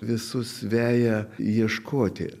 visus veja ieškoti